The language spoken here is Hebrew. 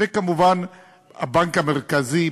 וכמובן הבנק המרכזי,